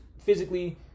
physically